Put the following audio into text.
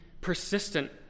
persistent